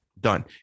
done